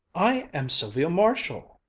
i am sylvia marshall!